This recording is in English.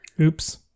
Oops